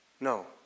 No